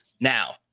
Now